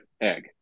egg